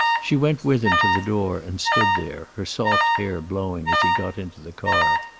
she went with him to the door and stood there, her soft hair blowing, as he got into the car.